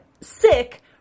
sick